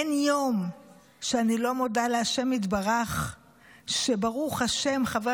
אין יום שאני לא מודה להשם יתברך שברוך השם חבר